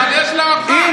אבל יש לה אותך.